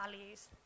values